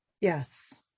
Yes